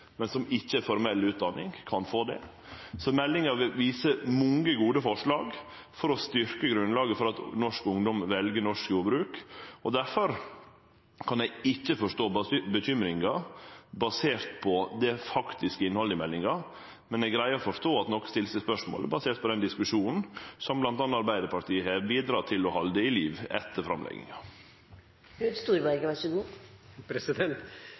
men som ikkje har formell utdanning, kan få det. Så meldinga viser mange gode forslag for å styrkje grunnlaget for at norsk ungdom vel norsk jordbruk. Difor kan eg ikkje forstå bekymringa basert på det faktiske innhaldet i meldinga, men eg greier å forstå at nokre stiller seg spørsmålet basert på den diskusjonen som bl.a. Arbeiderpartiet har bidrege til å halde liv i etter framlegginga. Spørsmålet var egentlig stilt i en for så vidt god